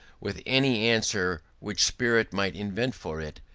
with any answer which spirit might invent for it,